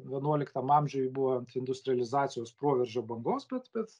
vienuoliktam amžiui buvo industrializacijos proveržio bangos bet bet